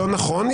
לא נכון.